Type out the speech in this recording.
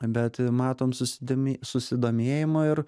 bet matom susidomi susidomėjimą ir